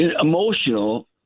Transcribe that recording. emotional